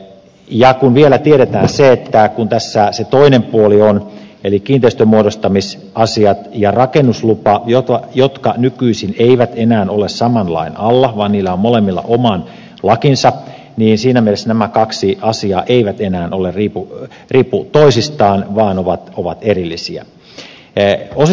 ja kun vielä tiedetään se että tässä se toinen puoli on kiinteistönmuodostamisasiat ja rakennuslupa jotka nykyisin eivät enää ole saman lain alla vaan niillä on molemmilla oma lakinsa siinä mielessä nämä kaksi asiaa eivät enää riipu toisistaan vaan ovat erillisiä